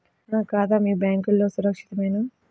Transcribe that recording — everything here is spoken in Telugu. నా ఖాతా మీ బ్యాంక్లో సురక్షితమేనా?